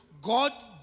God